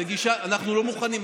זו גישה שאנחנו לא מוכנים לקבל.